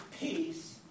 peace